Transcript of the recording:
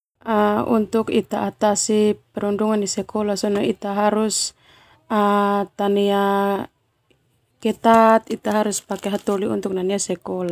Untuk ita atasi sona perundungan di sekolah ita harus tanea ketat ita harus pake hataholi untuk nanea sekolah.